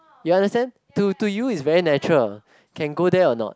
you understand to to you is very natural can go there or not